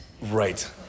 Right